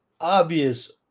obvious